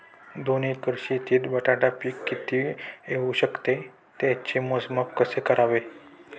दोन एकर शेतीत बटाटा पीक किती येवू शकते? त्याचे मोजमाप कसे करावे?